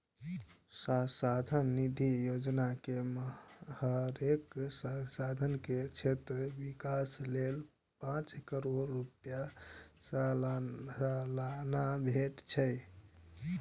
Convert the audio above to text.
सांसद निधि योजना मे हरेक सांसद के क्षेत्रक विकास लेल पांच करोड़ रुपैया सलाना भेटे छै